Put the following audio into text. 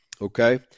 Okay